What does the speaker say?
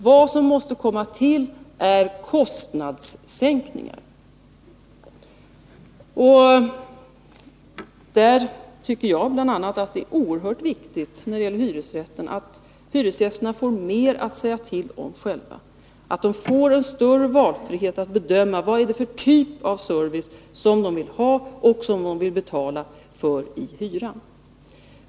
Vad som måste komma till är kostnadssänkningar, och där tycker jag att det är oerhört viktigt när det gäller hyresrätten att hyresgästerna själva får mer att säga till om, att de får större valfrihet att bedöma vilken typ av service de vill ha och som de vill betala för i hyran.